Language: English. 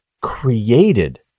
created